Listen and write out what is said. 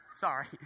sorry